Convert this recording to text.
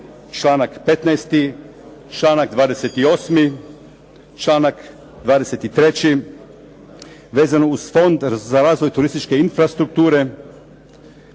članak 15., članak 28., članak 23., vezano uz Fond za razvoj turističke infrastrukture,